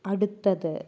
അടുത്തത്